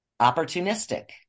opportunistic